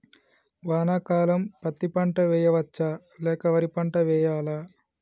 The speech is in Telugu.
వానాకాలం పత్తి పంట వేయవచ్చ లేక వరి పంట వేయాలా?